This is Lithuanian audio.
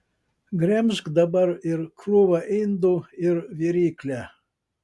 gremžk dabar ir krūvą indų ir viryklę